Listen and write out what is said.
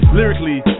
lyrically